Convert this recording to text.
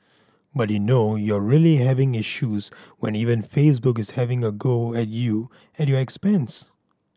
but you know you're really having issues when even Facebook is having a go at you at your expense